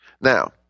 Now